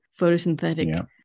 photosynthetic